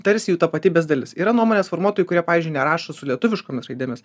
tarsi jų tapatybės dalis yra nuomonės formuotojų kurie pavyzdžiui nerašo su lietuviškomis raidėmis